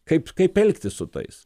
kaip kaip elgtis su tais